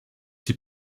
die